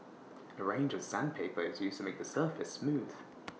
A range of sandpaper is used to make the surface smooth